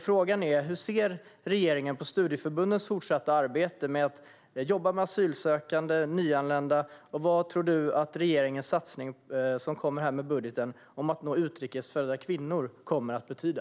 Frågan är: Hur ser regeringen på studieförbundens fortsatta arbete med att jobba med asylsökande och nyanlända, och vad tror statsrådet att regeringens satsning som kommer med budgeten för att nå utrikesfödda kvinnor kommer att betyda?